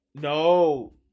No